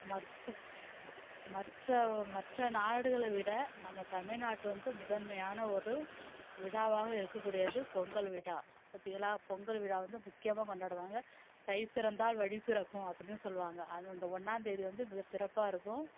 மற்ற மற்ற மற்ற நாடுகளை விட நம்ம தமிழ்நாட்டு வந்து முதன்மையான ஒரு விழாவாக இருக்கக்கூடியது பொங்கல் விழா பார்த்தீங்களா பொங்கல் விழா வந்து முக்கியமாக கொண்டாடுவாங்க தை பிறந்தால் வழி பிறக்கும் அப்படினு சொல்லுவாங்க அது அந்த ஒன்றாம்தேதி வந்து மிக சிறப்பாக இருக்கும்